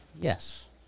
Yes